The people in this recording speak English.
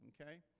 okay